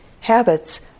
habits